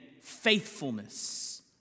faithfulness